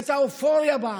הייתה אופוריה בעם,